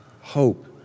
hope